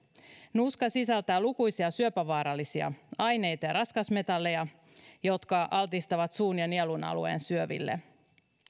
nuuska sisältää lukuisia syöpävaarallisia aineita ja raskasmetalleja jotka altistavat suun ja nielun alueen syöville